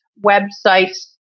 websites